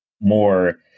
more